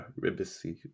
Ribisi